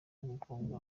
umukobwa